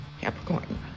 Capricorn